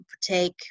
take